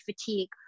fatigue